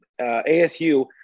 ASU